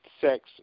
sex